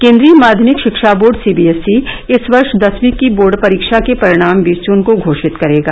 केंद्रीय माध्यमिक शिक्षा बोर्ड सीबीएसई इस वर्ष दसवी की बोर्ड परीक्षा के परिणाम बीस जून को घोषित करेगा